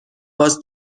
was